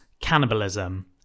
cannibalism